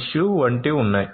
issue వంటిఉన్నాయి